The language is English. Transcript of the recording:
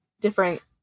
different